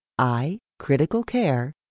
iCriticalCare